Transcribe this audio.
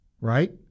right